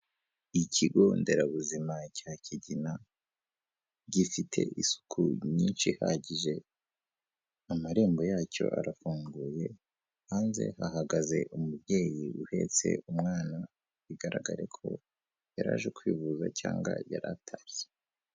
Ikigo nderabuzima cya Kigina, gifite isuku nyinshi ihagije, amarembo yacyo arafunguye, hanze hahagaze umubyeyi uheretse umwana, bigaragare ko yaraje kwivuza cyangwa yari atashye.